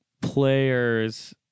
players